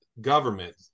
government